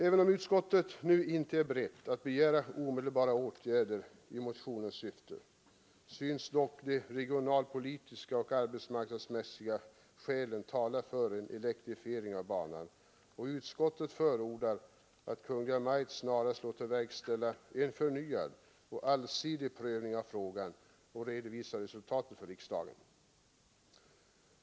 Även om utskottet nu inte är berett att begära omedelbara åtgärder i motionens syfte synes dock de regionalpolitiska och arbetsmarknadsmässiga skälen tala för en elektrifiering av banan, och utskottet förordar Illa en förnyad och allsidig prövning att Kungl. Maj:t snarast låter verks av frågan och redovisar resultaten för riksdagen.